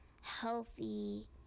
healthy